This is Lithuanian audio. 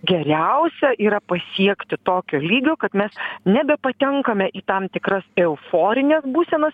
geriausia yra pasiekti tokio lygio kad mes nebepatenkame į tam tikras euforines būsenas